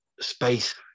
space